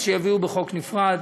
שיביאו בחוק נפרד